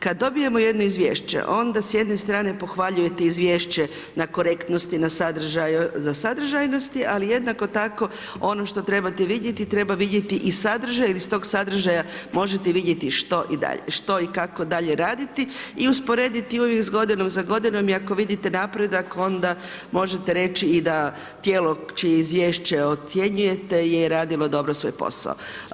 Kada dobijemo jedno izvješće onda s jedne strane pohvaljujete izvješće na korektnosti i na sadržaju za sadržajnosti ali jednako tako ono što trebate vidjeti treba vidjeti i sadržaj jer iz tog sadržaja možete vidjeti što i kako dalje raditi i usporediti uvijek sa godinom za godinom i ako vidite napredak onda možete reći i da tijelo čije izvješće ocjenjujete je radilo dobro svoj posao.